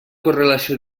correlació